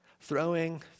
Throwing